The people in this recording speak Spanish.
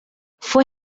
fue